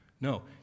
No